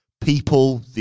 people